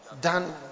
done